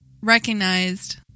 recognized